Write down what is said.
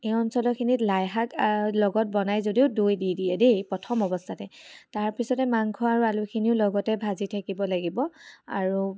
এই অঞ্চলৰখিনিত লাইশাক লগত বনাই যদিও দৈ দি দিয়ে দেই প্ৰথম অৱস্থাতে তাৰপিছতে মাংস আৰু আলুখিনিও লগতে ভাজি থাকিব লাগিব আৰু